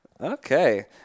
Okay